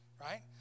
right